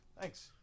Thanks